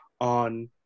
on